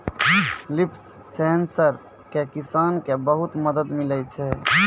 लिफ sensor से किसान के बहुत मदद मिलै छै